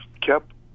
kept